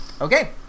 Okay